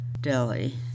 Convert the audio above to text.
Delhi